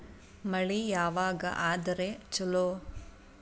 ಮಳಿ ಯಾವಾಗ ಆದರೆ ಛಲೋ?